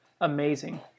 amazing